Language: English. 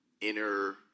inner